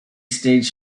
stage